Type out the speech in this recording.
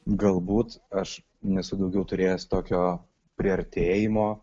galbūt aš nesu daugiau turėjęs tokio priartėjimo